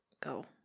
go